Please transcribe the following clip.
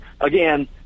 again